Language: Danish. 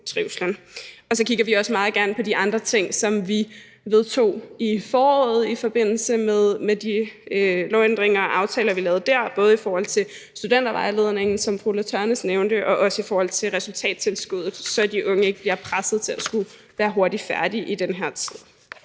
Så kigger vi også meget gerne på de andre ting, som vi vedtog i foråret i forbindelse med de lovændringer og aftaler, vi lavede der, både i forhold til Studenterrådgivningen, som fru Ulla Tørnæs nævnte, og i forhold til resultattilskuddet, så de unge ikke bliver presset til at skulle være hurtigt færdige i den her tid.